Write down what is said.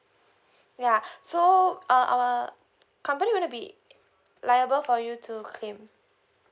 yeah so uh our company gonna be liable for you to claim